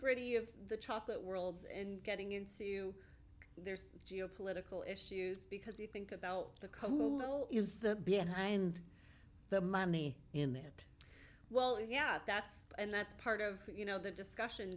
gritty of the chocolate worlds and getting into there's geo political issues because you think about the kosovo is the behind the money in that well yeah that's and that's part of you know the discussion